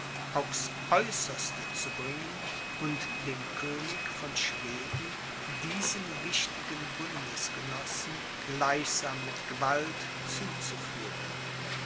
aufs aeußerste zu bringen und dem könig von schweden diesen wichtigen bundesgenossen gleichsam mit gewalt zuzuführen